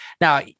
now